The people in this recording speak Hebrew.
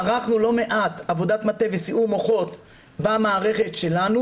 ערכנו לא מעט עבודת מטה וסיעור מוחות במערכת שלנו